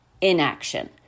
inaction